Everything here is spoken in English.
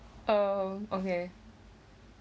oh okay